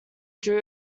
drew